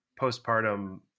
postpartum